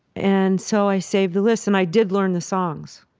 and so i saved the list and i did learn the songs.